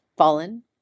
Fallen